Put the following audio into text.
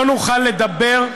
לא נוכל לדבר,